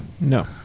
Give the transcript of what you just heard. No